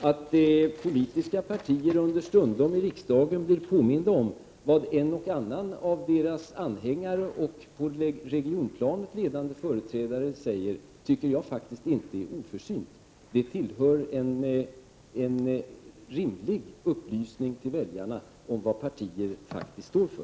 Att de politiska partierna understundom i riksdagen blir påminda om vad en och annan av deras anhängare och på regionplanet ledande företrädare säger tycker jag faktiskt inte är oförsynt. Det är en rimlig upplysning till väljarna om vad partierna faktiskt står för.